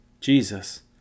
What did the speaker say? Jesus